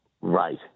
Right